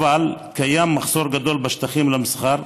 אבל קיים מחסור גדול בשטחים למסחר,